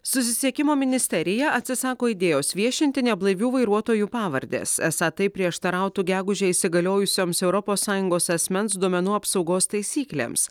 susisiekimo ministerija atsisako idėjos viešinti neblaivių vairuotojų pavardes esą tai prieštarautų gegužę įsigaliojusioms europos sąjungos asmens duomenų apsaugos taisyklėms